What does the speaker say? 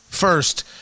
First